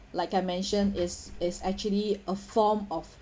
like I mentioned it's it's actually a form of